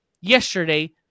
yesterday